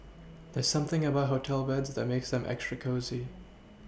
there's something about hotel beds that makes them extra cosy